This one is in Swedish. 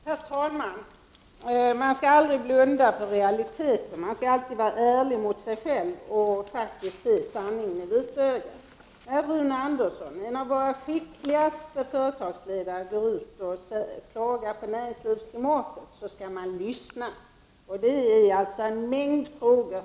Herr talman! Man skall aldrig blunda för realiteter. Man skall alltid vara ärlig mot sig själv och se sanningen i vitögat. När Rune Andersson, en av våra skickligaste företagsledare, går ut och klagar på näringslivsklimatet måste man lyssna. Han känner stor osäkerhet inför en mängd frågor.